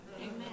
Amen